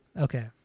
Okay